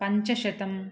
पञ्चशतम्